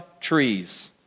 trees